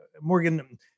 Morgan